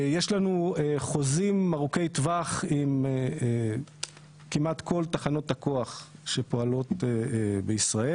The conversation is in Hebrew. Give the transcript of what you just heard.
יש לנו חוזרים ארוכי טווח עם כמעט כל תחנות הכוח שפועלות בישראל